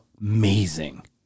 amazing